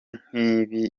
nk’ibi